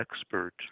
expert